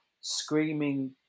screaming